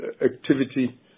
activity